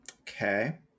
Okay